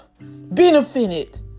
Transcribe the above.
benefited